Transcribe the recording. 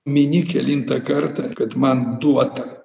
mini kelintą kartą kad man duota